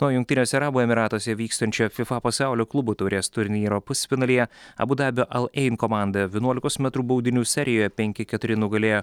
na o jungtiniuose arabų emyratuose vykstančioje fifa pasaulio klubų taurės turnyro pusfinalyje abu dabio al ein komanda vienuolikos metrų baudinių serijoje penki keturi nugalėjo